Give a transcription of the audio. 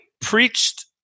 preached